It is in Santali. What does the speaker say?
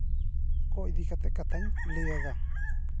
ᱠᱚ ᱤᱫᱤ ᱠᱟᱛᱮᱫ ᱠᱟᱛᱷᱟᱧ ᱞᱟᱹᱭᱫᱟ